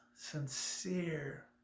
sincere